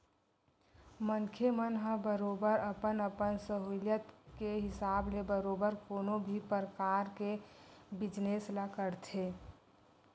मनखे मन ह बरोबर अपन अपन सहूलियत के हिसाब ले बरोबर कोनो भी परकार के बिजनेस ल करथे